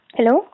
Hello